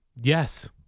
Yes